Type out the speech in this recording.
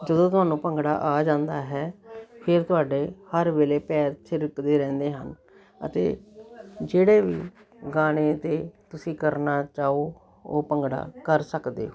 ਜਦੋਂ ਤੁਹਾਨੂੰ ਭੰਗੜਾ ਆ ਜਾਂਦਾ ਹੈ ਫਿਰ ਤੁਹਾਡੇ ਹਰ ਵੇਲੇ ਪੈਰ ਥਿਰਕਦੇ ਰਹਿੰਦੇ ਹਨ ਅਤੇ ਜਿਹੜੇ ਗਾਣੇ 'ਤੇ ਤੁਸੀਂ ਕਰਨਾ ਚਾਹੋ ਉਹ ਭੰਗੜਾ ਕਰ ਸਕਦੇ ਹੋ